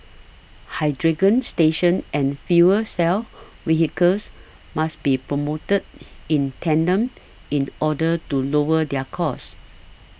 hydrogen stations and fuel cell vehicles must be promoted in tandem in order to lower their cost